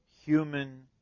human